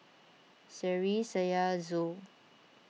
Seri Syah Zul